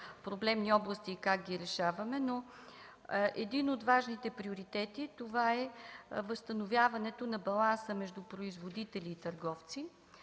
проблемни области и как ги решаваме, но един от важните приоритети е възстановяването на баланса между производители и търговци